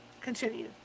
Continue